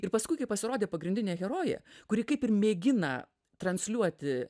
ir paskui kai pasirodė pagrindinė herojė kuri kaip ir mėgina transliuoti